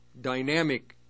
dynamic